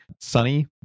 Sunny